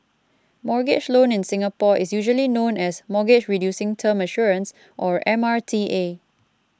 mortgage loan in Singapore is usually known as Mortgage Reducing Term Assurance or M R T A